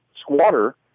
squatter